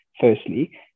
firstly